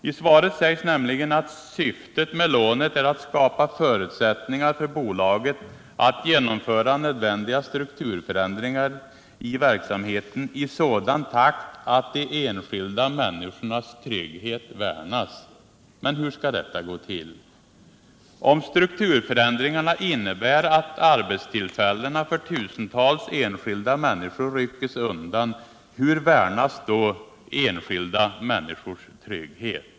I svaret sägs nämligen: ”Syftet med lånet är att skapa förutsättningar för bolaget att genomföra nödvändiga strukturförändringar i verksamheten i sådan takt att de enskilda människornas trygghet värnas.” Men hur skall detta gå till? Om strukturförändringarna innebär att arbetstillfällena för tusentals enskilda människor rycks undan, hur värnas då de enskilda människornas trygghet?